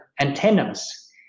antennas